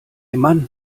mann